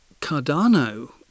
Cardano